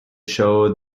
show